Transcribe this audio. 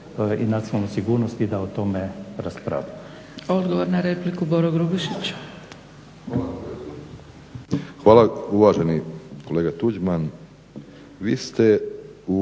i nacionalnu sigurnost i da o tome raspravljamo.